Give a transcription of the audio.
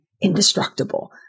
indestructible